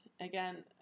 again